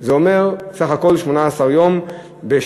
זה אומר בסך הכול 18 יום בשנה.